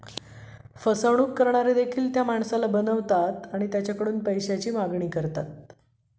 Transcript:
तारण फसवणूक करणारे देखील त्या माणसाला गहाण बनवतात आणि त्याच्याकडून पैशाची मागणी करतात